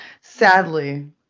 sadly